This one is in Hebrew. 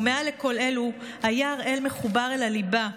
ומעל לכל אלו היה הראל מחובר אל הליבה,